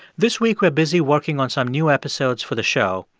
this week we're busy working on some new episodes for the show.